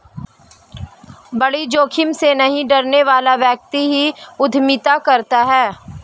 बड़ी जोखिम से नहीं डरने वाला व्यक्ति ही उद्यमिता करता है